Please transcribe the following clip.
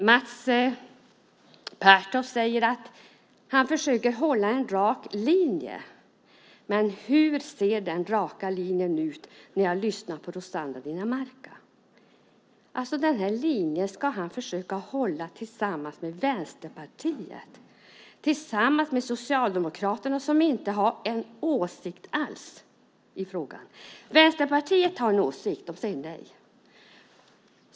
Mats Pertoft säger att han försöker hålla en rak linje, men hur ser den raka linjen ut undrar jag när jag lyssnar på Rossana Dinamarca. Den här linjen ska han försöka hålla tillsammans med Vänsterpartiet och tillsammans med Socialdemokraterna som inte har någon åsikt alls i frågan. Vänsterpartiet har en åsikt. De säger nej.